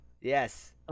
Yes